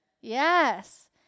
Yes